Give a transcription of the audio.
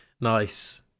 Nice